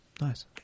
Nice